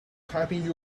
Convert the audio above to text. typing